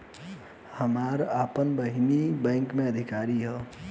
हमार आपन बहिनीई बैक में अधिकारी हिअ